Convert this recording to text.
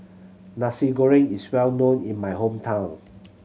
Nasi Goreng is well known in my hometown